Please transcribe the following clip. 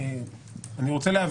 במס הכנסה,